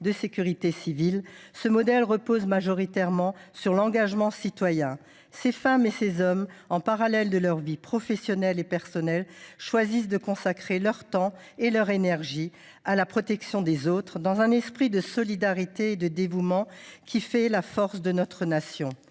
de sécurité civile, ce modèle repose majoritairement sur l’engagement citoyen. Ces femmes et ces hommes, en parallèle de leur vie professionnelle et personnelle, choisissent de consacrer leur temps et leur énergie à la protection des autres, dans un esprit de solidarité et de dévouement qui fait la force de notre nation.